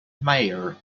mayor